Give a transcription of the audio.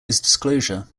disclosure